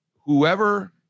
whoever